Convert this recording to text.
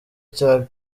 cya